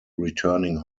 returning